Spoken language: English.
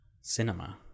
cinema